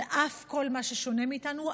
על אף כל מה ששונה מאיתנו,